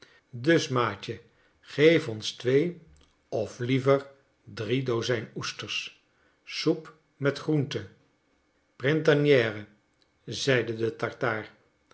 dus maatje geef ons twee of liever drie dozijn oesters soep met groente printanière zeide de tartaar